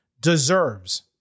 deserves